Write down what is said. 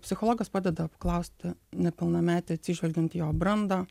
psichologas padeda apklausti nepilnametį atsižvelgiant į jo brandą